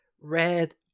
red